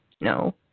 No